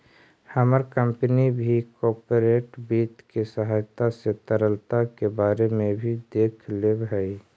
हमर कंपनी भी कॉर्पोरेट वित्त के सहायता से तरलता के बारे में भी देख लेब हई